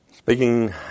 Speaking